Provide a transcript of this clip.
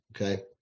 okay